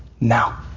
now